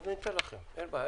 אין בעיה.